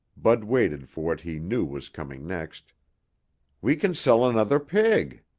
bud waited for what he knew was coming next we can sell another pig.